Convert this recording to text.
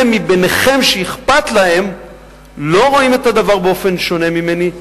אלה מביניכם שאכפת להם לא רואים את הדבר באופן שונה ממני,